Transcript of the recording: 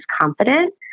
confident